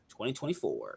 2024